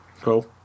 cool